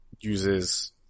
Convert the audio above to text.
uses